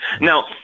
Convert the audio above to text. Now